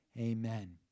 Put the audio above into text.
Amen